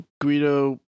Guido